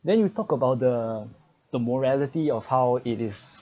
then you talk about the the morality of how it is